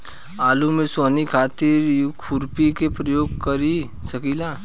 आलू में सोहनी खातिर खुरपी के प्रयोग कर सकीले?